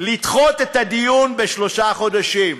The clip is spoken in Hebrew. לדחות את הדיון בשלושה חודשים.